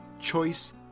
Choice